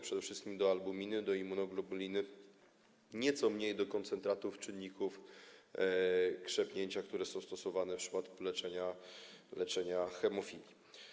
Przede wszystkim do albuminy, do immunoglobuliny, nieco mniej do koncentratów czynników krzepnięcia, które są stosowane w przypadku leczenia hemofilii.